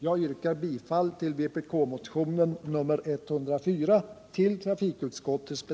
Jag yrkar bifall till vpk-motionen nr 103.